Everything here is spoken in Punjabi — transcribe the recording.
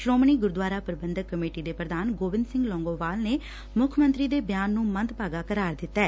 ਸ੍ਰੋਮਣੀ ਗੁਰਦੁਆਰਾ ਪ੍ਬੰਧਕ ਕਮੇਟੀ ਦੇ ਪ੍ਧਾਨ ਗੋਬਿੰਦ ਸਿੰਘ ਲੌਂਗੋਵਾਲ ਨੇ ਮੁੱਖ ਮੰਤਰੀ ਦੇ ਬਿਆਨ ਨੂੰ ਮੰਦਭਾਗਾਂ ਕਰਾਰ ਦਿੱਤੈ